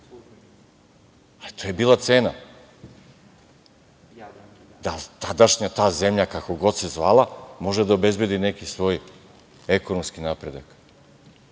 To je bila cena da tadašnja, ta zemlja, kako god se zvala, može da obezbedi neki svoj ekonomski napredak. Kao